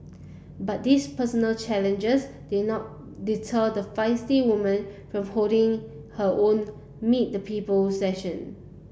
but these personal challenges did not deter the feisty woman from holding her own meet the people session